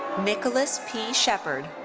nicholas p. shepherd.